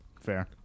Fair